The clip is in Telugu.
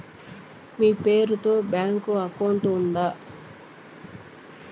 మీ పేరు తో బ్యాంకు అకౌంట్ ఉందా?